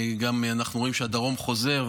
אנחנו גם רואים שהדרום חוזר,